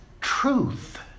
truth